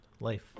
life